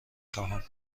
خواهم